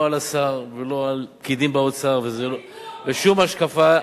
לא על השר ולא על פקידים באוצר ועל שום השקפה,